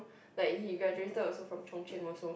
like he graduated also from Chung-Cheng also